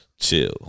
chill